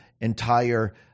entire